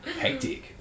Hectic